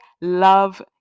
love